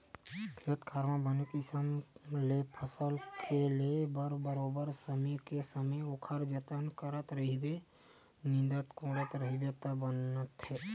खेत खार म बने किसम ले फसल के ले बर बरोबर समे के समे ओखर जतन करत रहिबे निंदत कोड़त रहिबे तब बनथे